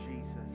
Jesus